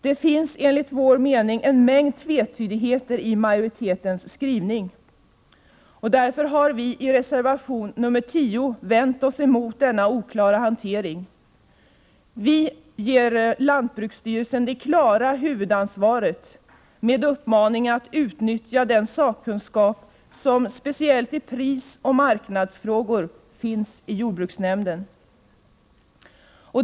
Det finns enligt vår mening en mängd tvetydigheter i majoritetens skrivning. I vår reservation 10 har vi vänt oss emot denna oklara hantering. Vi vill ge lantbruksstyrelsen huvudansvaret med uppmaning att utnyttja den sakkunskap, speciellt i prisoch marknadsfrågor, som finns i jordbruksnämnden.